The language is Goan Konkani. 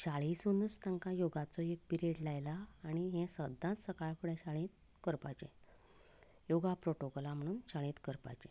शाळेसूनच तांकां योगाचो एक पिरएड लायला आनी हें सुद्दां सकाळफुडें शाळेंत करपाचें योगा प्रोटोकोल म्हणून शाळेंत करपाचें